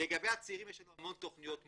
לגבי הצעירים יש לנו הרבה תכניות מותאמות,